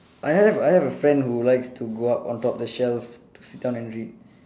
I have I have a friend who likes to go up on top the shelf to sit down and read